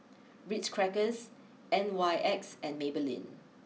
Ritz Crackers N Y X and Maybelline